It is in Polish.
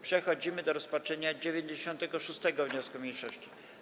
Przechodzimy do rozpatrzenia 96. wniosku mniejszości.